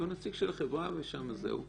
זה לא